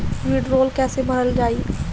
वीडरौल कैसे भरल जाइ?